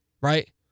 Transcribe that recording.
Right